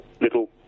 little